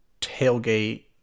tailgate